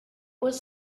was